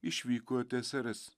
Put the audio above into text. išvyko į tsrs